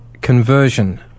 conversion